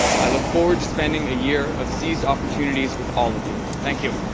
i look forward to spending a year of seized opportunities with all of you, thank you.